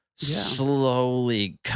slowly